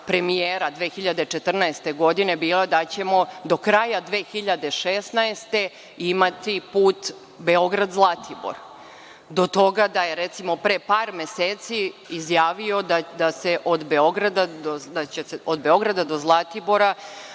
premijera 2014. godine bila da ćemo do kraja 2016. godine imati put Beograd – Zlatibor, do toga da je, recimo, pre par meseci izjavio da će se od Beograda do Zlatibora